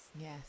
Yes